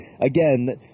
again